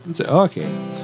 Okay